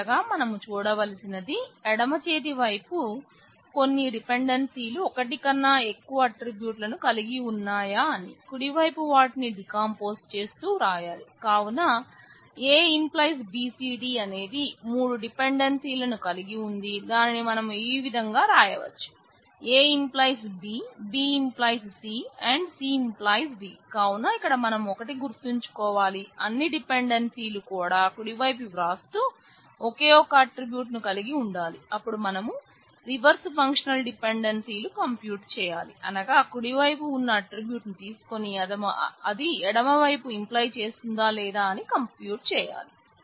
మొదటగా మనం చూడవలసింది ఎడమ చేతి వైపు కొన్ని డిపెండెన్సీలు ఒకటి కన్నా ఎక్కువ ఆట్రిబ్యూట్లలు కంప్యూట్ చేయాలి అనగా కుడివైపు ఉన్న ఆట్రిబ్యూట్ను తీసుకొని అది ఎడమ వైపు ఇంప్లై చేస్తుందా లేదా అని కంప్యూట్ చేయాలి